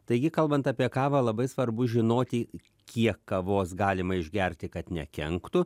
taigi kalbant apie kavą labai svarbu žinoti kiek kavos galima išgerti kad nekenktų